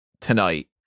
tonight